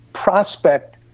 prospect